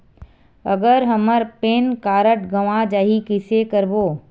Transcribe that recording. अगर हमर PAN card गवां जाही कइसे करबो?